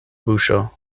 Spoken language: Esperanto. buŝo